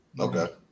Okay